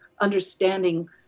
understanding